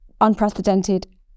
unprecedented